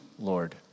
Lord